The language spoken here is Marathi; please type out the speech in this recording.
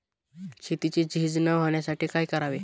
शेतीची झीज न होण्यासाठी काय करावे?